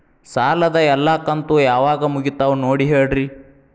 ಸಾಲದ ಎಲ್ಲಾ ಕಂತು ಯಾವಾಗ ಮುಗಿತಾವ ನೋಡಿ ಹೇಳ್ರಿ